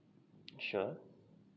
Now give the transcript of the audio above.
sure